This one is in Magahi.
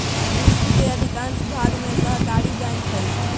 विश्व के अधिकांश भाग में सहकारी बैंक हइ